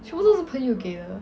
全部都是朋友给的